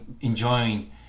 enjoying